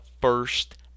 first